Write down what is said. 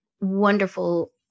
wonderful